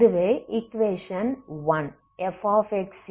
இதுவே equation fxc1xc2